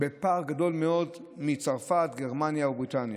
בפער גדול מאוד מצרפת, גרמניה ובריטניה.